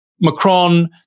Macron